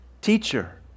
Teacher